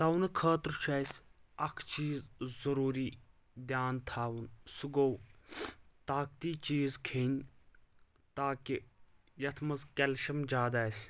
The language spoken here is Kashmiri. دونہٕ خٲطرٕ چھُ اسہِ اکھ چیٖز ضروٗری دیان تھاوُن سُہ گوٚو طاقتی چیٖز کھٮ۪نۍ تاکہِ یتھ منٛز کیلشیٚم زیادٕ آسہِ